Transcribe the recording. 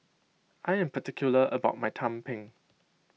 I am particular about my Tumpeng